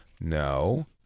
No